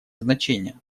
значение